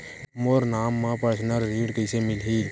मोर नाम म परसनल ऋण कइसे मिलही?